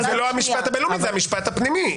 זה המשפט הפנימי.